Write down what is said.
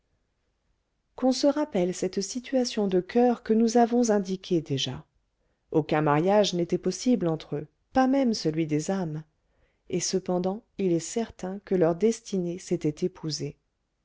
qu'on se rappelle cette situation de coeur que nous avons indiquée déjà aucun mariage n'était possible entre eux pas même celui des âmes et cependant il est certain que leurs destinées s'étaient épousées